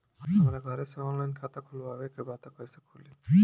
हमरा घरे से ऑनलाइन खाता खोलवावे के बा त कइसे खुली?